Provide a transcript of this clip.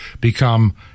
become